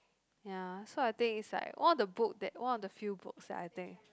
ya so I think is like all the book that one of the few books that I think